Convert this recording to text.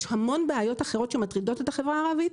יש המון בעיות אחרות שמטרידות את החברה הערבית,